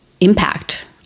impact